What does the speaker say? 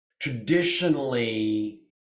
Traditionally